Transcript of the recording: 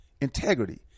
integrity